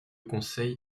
conseil